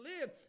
live